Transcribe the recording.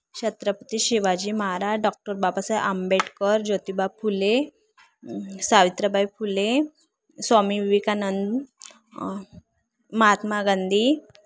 Chhatrapati Shivaji Maharaj doctor Babasaheb Ambedkar Jyotiba Phule Savitribai Phule Swami Vivekananda Mahatma Gandhi